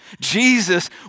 Jesus